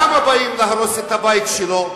למה באים להרוס את הבית שלו?